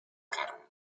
carn